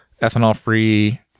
ethanol-free